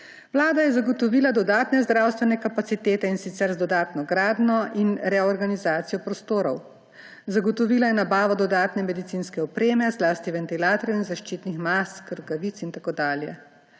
Vlada je zagotovila dodatne zdravstvene kapacitete, in sicer z dodatno gradnjo in reorganizacijo prostorov. Zagotovila je nabavo dodatne medicinske opreme, zlasti ventilatorjev in zaščitnih mask, rokavic in tako dalje.